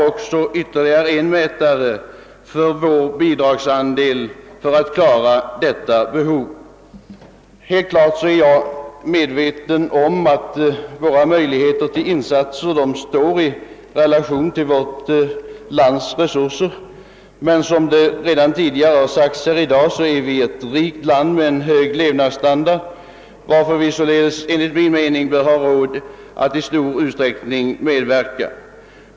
Givetvis är jag medveten om att våra möjligheter att göra insatser står i relation till vårt lands resurser, men som redan tidigare framhållits är vi ett rikt land med hög levnadsstandard. Därför bör vi enligt min mening ha råd att medverka i stor utsträckning.